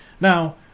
Now